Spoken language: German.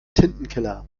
tintenkiller